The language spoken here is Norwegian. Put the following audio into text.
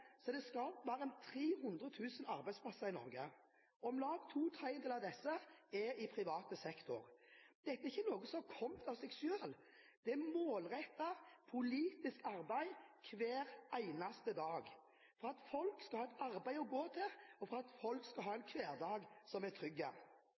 privat sektor. Dette er ikke noe som har kommet av seg selv. Det er målrettet politisk arbeid hver eneste dag for at folk skal ha et arbeid å gå til, og for at folk skal ha en